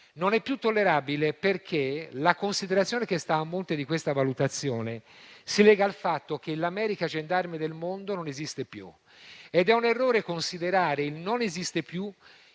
Non è più tollerabile perché la considerazione che sta a monte di questa valutazione si lega al fatto che l'America gendarme del mondo non esiste più. Ed è un errore considerare "il non esiste più"